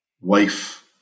wife